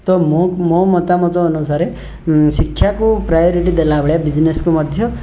ତ ମତାମତ ଅନୁସାରେ ଶିକ୍ଷାକୁ ପ୍ରାୟରଟି ଦେଲାଭଳିଆ ବିଜନେସ୍କୁ ମଧ୍ୟ